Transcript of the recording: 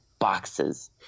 boxes